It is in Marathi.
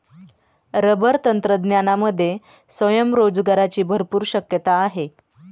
रबर तंत्रज्ञानामध्ये स्वयंरोजगाराची भरपूर शक्यता आहे